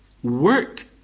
Work